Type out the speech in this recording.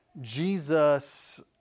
Jesus